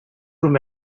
room